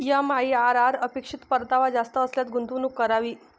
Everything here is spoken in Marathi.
एम.आई.आर.आर अपेक्षित परतावा जास्त असल्यास गुंतवणूक करावी